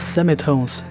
Semitones